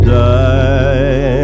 die